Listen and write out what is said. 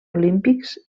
olímpics